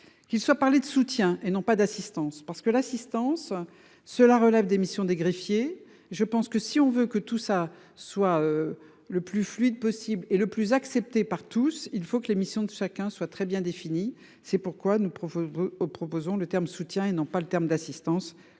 qui soient parlait de soutien et non pas d'assistance parce que l'assistance. Cela relève des missions des greffiers. Je pense que si on veut que tout ça soit. Le plus fluide possible et le plus acceptée par tous, il faut que les missions de chacun soit très bien défini, c'est pourquoi nous proposons aux proposons le terme soutient et non pas le terme d'assistance